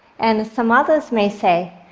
and some others may say,